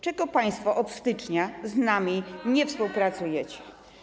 Czemu państwo od stycznia z nami nie współpracujecie?